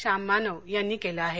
श्याम मानव यांनी केलं आहे